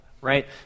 right